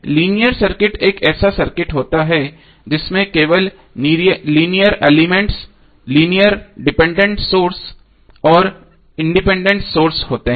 linear circuit एक ऐसा circuit होता है जिसमें केवल linear elements linear dependent source और इंडिपेंडेंट सोर्स होते हैं